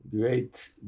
great